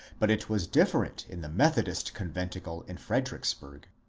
but it was different in the methodist conventicle in fredericksburg.